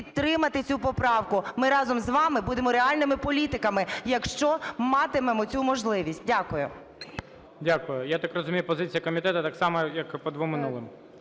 підтримати цю поправку. Ми разом з вами будемо реальними політиками, якщо матимемо цю можливість. Дякую. ГОЛОВУЮЧИЙ. Дякую. Я так розумію, позиція комітету така сама, як і по двом минулим.